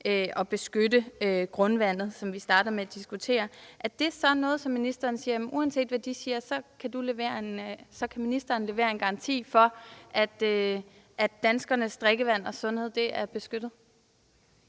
at beskytte grundvandet, som vi startede med at diskutere – er det så noget, hvortil ministeren siger, at uanset hvad de siger, kan ministeren levere en garanti for, at danskernes drikkevand og sundhed er beskyttet?